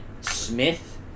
Smith